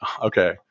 okay